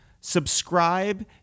Subscribe